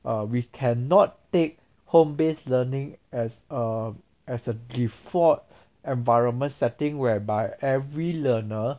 err we cannot take home based learning as a as a default environment setting whereby every learner